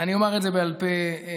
אני אומר את זה בעל פה בקצרה.